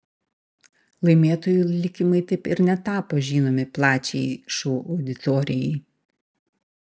laimėtojų likimai taip ir netapo žinomi plačiajai šou auditorijai